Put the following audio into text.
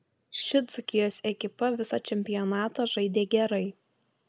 ši dzūkijos ekipa visą čempionatą žaidė gerai